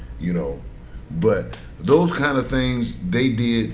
you know but those kind of things, they did